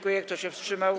Kto się wstrzymał?